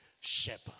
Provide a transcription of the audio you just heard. shepherd